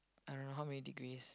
I don't know how many degrees